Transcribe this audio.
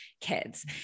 kids